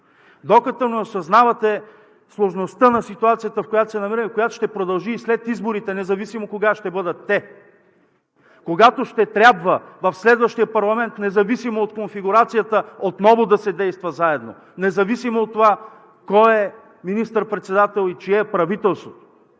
докато не осъзнавате сложността на ситуацията, в която се намираме и която ще продължи и след изборите, независимо кога ще бъдат те, когато ще трябва в следващия парламент, независимо от конфигурацията, отново да се действа заедно, независимо от това кой е министър-председател и чие е правителството.